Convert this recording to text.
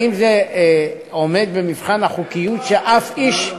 האם זה עומד במבחן החוקיות שאף איש,